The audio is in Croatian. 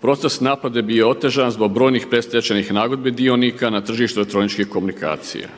Proces naplate je bio otežan zbog brojnih predstečajnih nagodbi dionika na tržištu elektroničkih komunikacija.